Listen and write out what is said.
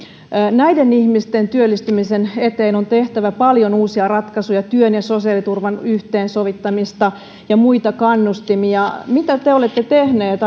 näiden ihmisten työllistymisen eteen on tehtävä paljon uusia ratkaisuja työn ja sosiaaliturvan yhteensovittamista ja muita kannustimia mitä te olette tehneet